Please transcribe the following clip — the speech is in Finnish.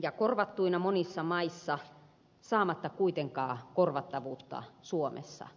ja korvattuina monissa maissa saamatta kuitenkaan korvattavuutta suomessa